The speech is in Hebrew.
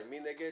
מי נגד?